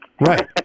right